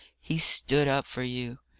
he stood up for you.